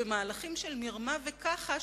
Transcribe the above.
במהלכים של מרמה וכחש,